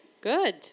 Good